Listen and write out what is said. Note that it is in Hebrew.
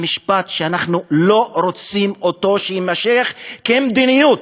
המשפט שאנחנו לא רוצים שיימשך כמדיניות,